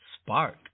spark